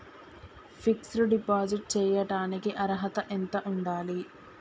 Fix డ్ deposit చేయటానికి అర్హత ఎంత ఉండాలి?